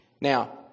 Now